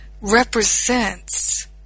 represents